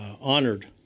honored